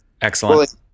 excellent